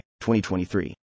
2023